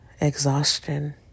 exhaustion